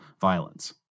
violence